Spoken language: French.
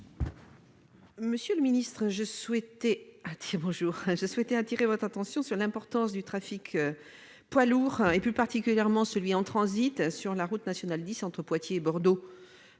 Monsieur le secrétaire d'État, je souhaite attirer votre attention sur l'importance du trafic poids lourds, plus particulièrement celui en transit sur la RN10 entre Poitiers et Bordeaux.